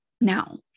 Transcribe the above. Now